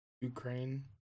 Ukraine